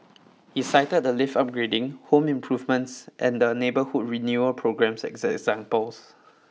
he cited the lift upgrading home improvements and the neighbourhood renewal programmes as examples